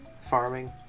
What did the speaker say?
farming